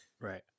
right